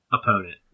opponent